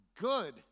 good